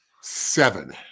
seven